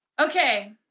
Okay